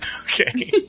Okay